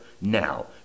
now